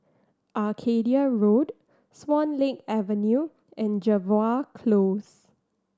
Arcadia Road Swan Lake Avenue and Jervois Close